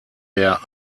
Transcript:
der